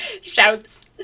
Shouts